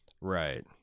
right